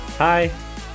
Hi